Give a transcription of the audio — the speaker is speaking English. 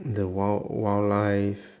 the wild wildlife